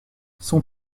son